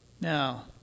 Now